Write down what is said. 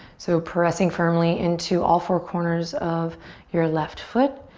so pressing firmly into all four corners of your left foot.